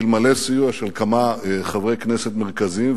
אלמלא סיוע של כמה חברי כנסת מרכזיים,